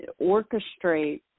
orchestrate